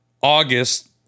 August